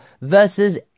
Versus